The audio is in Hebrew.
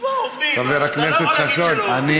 שמע, עובדים, אתה לא יכול להגיד שלא עובדים.